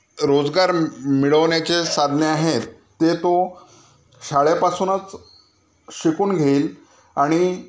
रोजगार मि मिळवण्याचे साधने आहेत ते तो शाळेपासूनच शिकून घेईल आणि